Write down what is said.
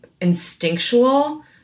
instinctual